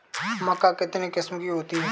मक्का कितने किस्म की होती है?